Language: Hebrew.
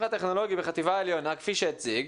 הטכנולוגי בחטיבה העליונה כפי שהציג,